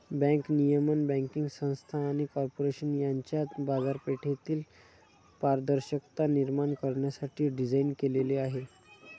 bank नियमन banking संस्था आणि कॉर्पोरेशन यांच्यात बाजारपेठेतील पारदर्शकता निर्माण करण्यासाठी डिझाइन केलेले आहे